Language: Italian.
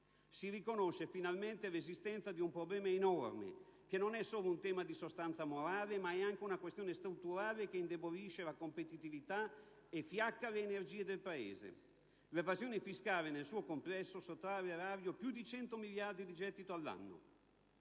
Si riconosce, finalmente, l'esistenza di un problema enorme, che è non solo un tema di sostanza morale, ma anche una questione strutturale che indebolisce la competitività e fiacca le energie del Paese. L'evasione fiscale, nel suo complesso, sottrae all'erario più di 100 miliardi di gettito all'anno.